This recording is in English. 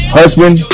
husband